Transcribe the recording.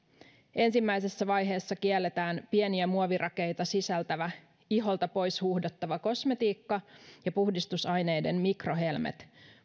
ensimmäisessä vaiheessa kielletään pieniä muovirakeita sisältävä iholta pois huuhdottava kosmetiikka ja puhdistusaineiden mikrohelmet